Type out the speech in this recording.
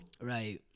Right